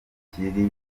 ikiri